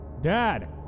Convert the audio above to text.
Dad